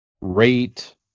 rate